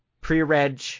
pre-reg